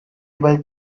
able